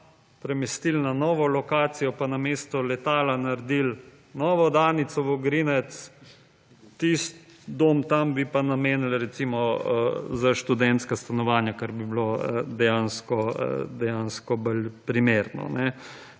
premestili na novo lokacijo, pa na mesto letala naredili novo Danico Vogrinec. Tisti dom tam bi pa namenili, recimo, za študentska stanovanja, kar bi bilo dejansko bolj primerno.